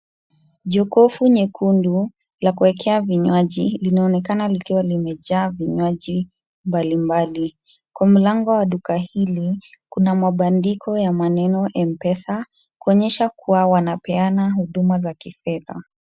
Jokofu nyekundu la kuekea vinywaji, linaonekana likiwa na vinywaji mbalimbali. Kwa mlango wa duka hili kuna mabandiko ya maneno Mpesa kuonyesha kuwa wanapeana huduma za kifedha.